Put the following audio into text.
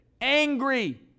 angry